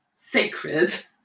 sacred